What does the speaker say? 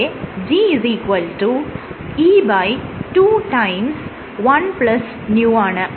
ഇവിടെ G E21ν ആണ്